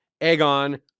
Aegon